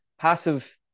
passive